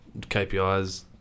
KPIs